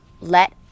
let